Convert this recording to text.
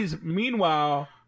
meanwhile